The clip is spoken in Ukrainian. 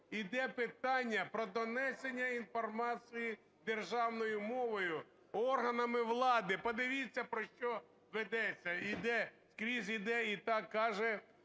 іде питання про донесення інформації державною мовою органами влади. Подивіться, про що ведеться, іде, скрізь іде і так каже